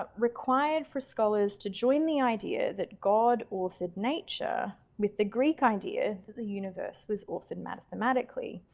ah required for scholars to join the idea that god authored nature with the greek idea that the universe was authored mathematically.